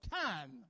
time